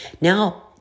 Now